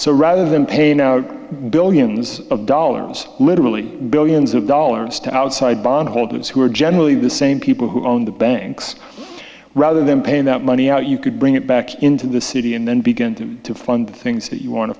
so rather than paying billions of dollars literally billions of dollars to outside bondholders who are generally the same people who own the banks rather than paying that money out you could bring it back into the city and then begin to fund things that you wan